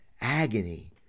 agony